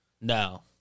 No